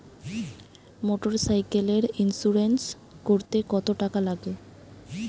মোটরসাইকেলের ইন্সুরেন্স করতে কত টাকা লাগে?